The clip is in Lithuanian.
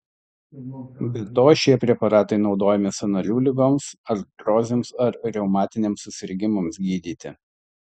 be to šie preparatai naudojami sąnarių ligoms artrozėms ar reumatiniams susirgimams gydyti